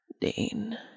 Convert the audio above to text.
Dean